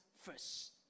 first